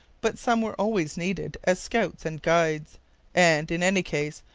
but some were always needed as scouts and guides and, in any case,